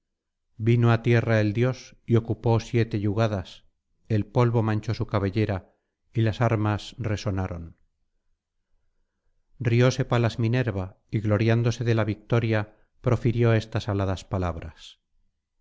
vino á tierra el dios y ocupó siete yugadas el polvo manchó su cabellera y las armas resonaron rióse palas minerva y gloriándose de la victoria profirió estas aladas palabras